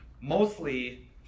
mostly